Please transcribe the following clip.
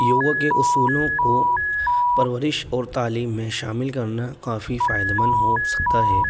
یوگا کے اصولوں کو پرورش اور تعلیم میں شامل کرنا کافی فائدہ مند ہو سکتا ہے